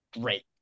great